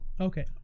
okay